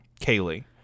Kaylee